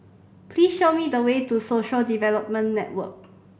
please show me the way to Social Development Network